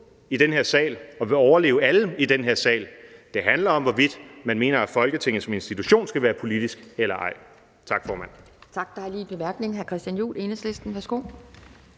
i den her sal og vil overleve alle i den her sal. Det handler om, hvorvidt man mener, at Folketinget som institution skal være politisk eller ej. Tak, formand.